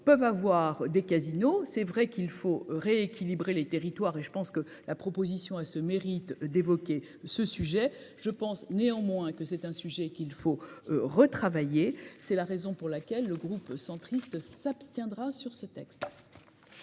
peuvent avoir des casinos. C'est vrai qu'il faut rééquilibrer les territoires et. Je pense que la proposition a ce mérite d'évoquer ce sujet je pense néanmoins que c'est un sujet qu'il faut. Retravailler. C'est la raison pour laquelle le groupe centriste s'abstiendra sur ce texte.